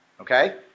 Okay